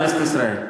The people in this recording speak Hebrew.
בכנסת ישראל,